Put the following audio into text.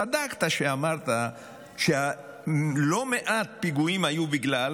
צדקת כשאמרת שלא מעט פיגועים היו בגלל